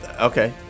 Okay